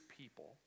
people